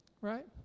right